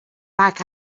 back